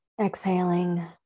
Exhaling